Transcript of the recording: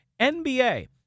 NBA